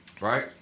Right